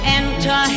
enter